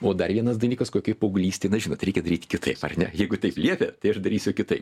o dar vienas dalykas kokį paauglystėj na žinot reikia daryti kitaip ar ne jeigu taip liepė tai aš darysiu kitaip